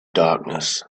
darkness